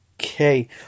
Okay